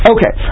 Okay